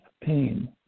pain